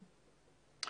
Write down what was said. ישירות.